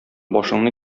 башыңны